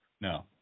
No